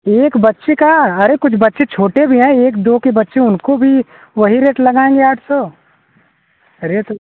एक बच्ची का अरे कुछ बच्ची छोटी भी है एक दो के बच्चे उनको भी वही रेट लगाएंगे आठ सौ रेट